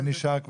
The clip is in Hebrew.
זה נשאר?